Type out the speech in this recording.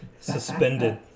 Suspended